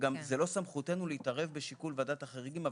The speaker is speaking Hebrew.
וגם לא בסמכותנו להתערב בשיקול ועדת החריגים.